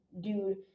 dude